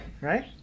Right